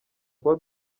kuba